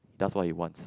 does what he wants